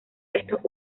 estos